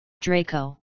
Draco